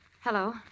Hello